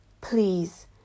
please